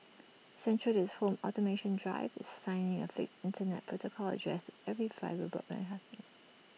central to its home automation drive is assigning A fixed Internet protocol address to every fibre broadband customer